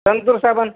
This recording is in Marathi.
संतूर साबण